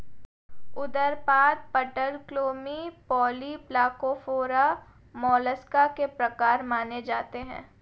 उदरपाद, पटलक्लोमी, polyplacophora, mollusc के प्रकार माने जाते है